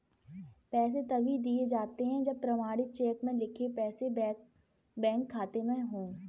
पैसे तभी दिए जाते है जब प्रमाणित चेक में लिखे पैसे बैंक खाते में हो